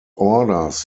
orders